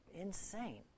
insane